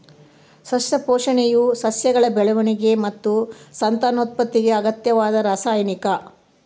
ಸಸ್ಯ ಪೋಷಣೆಯು ಸಸ್ಯಗಳ ಬೆಳವಣಿಗೆ ಮತ್ತು ಸಂತಾನೋತ್ಪತ್ತಿಗೆ ಅಗತ್ಯವಾದ ರಾಸಾಯನಿಕ